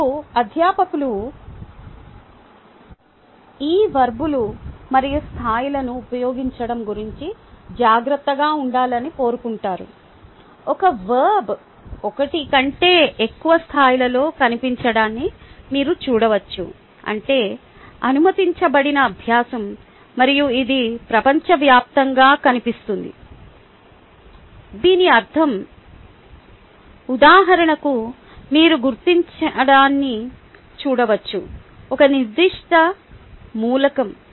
మరియు అధ్యాపకులు ఈ వర్బ్లు మరియు స్థాయిలను ఉపయోగించడం గురించి జాగ్రత్తగా ఉండాలని కోరుకుంటారు ఒక వర్బ్ ఒకటి కంటే ఎక్కువ స్థాయిలలో కనిపించడాన్ని మీరు చూడవచ్చు అంటే అనుమతించబడిన అభ్యాసం మరియు ఇది ప్రపంచవ్యాప్తంగా కనిపిస్తుంది దీని అర్థం ఉదాహరణకు మీరు గుర్తించడాన్ని చూడవచ్చు ఒక నిర్దిష్ట మూలకం